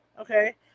okay